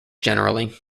generally